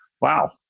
wow